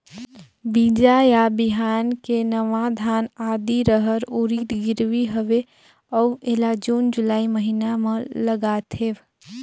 बीजा या बिहान के नवा धान, आदी, रहर, उरीद गिरवी हवे अउ एला जून जुलाई महीना म लगाथेव?